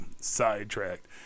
sidetracked